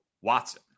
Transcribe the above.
Watson